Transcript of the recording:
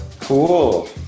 cool